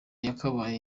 yakabaye